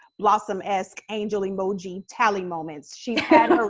blossom-esque, angel-emoji tally moments. she's had her